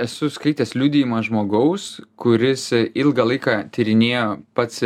esu skaitęs liudijimą žmogaus kuris ilgą laiką tyrinėjo pats